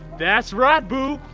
that's right boo,